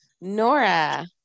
Nora